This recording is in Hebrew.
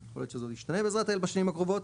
יכול להיות שזה עוד ישתנה בעזרת האל בשנים הקרובות,